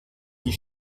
die